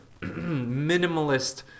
minimalist